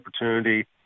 opportunity